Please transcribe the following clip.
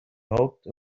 hoped